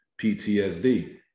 PTSD